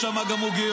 יש שם גם עוגיות.